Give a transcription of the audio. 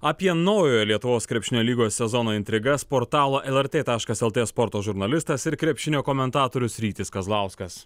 apie naujojo lietuvos krepšinio lygos sezono intrigas portalo lrt taškas lt sporto žurnalistas ir krepšinio komentatorius rytis kazlauskas